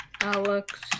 Alex